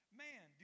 man